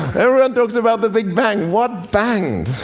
everyone talks about the big bang. what banged?